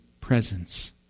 presence